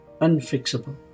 Unfixable